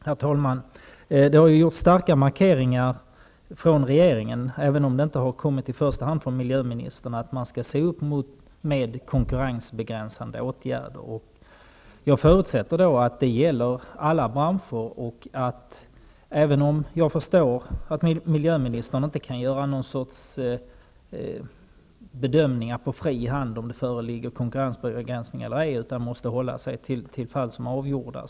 Herr talman! Det har gjorts starka markeringar från regeringen -- även om de inte i första hand har kommit från miljöministern -- att man skall se upp med konkurrensbegränsande åtgärder. Jag förutsätter att det gäller alla branscher. Jag förstår att miljöministern inte kan göra bedömningar på fri hand av om det föreligger konkurrensbegränsningar eller ej utan måste hålla sig till fall som är avgjorda.